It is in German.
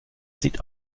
sieht